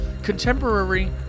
Contemporary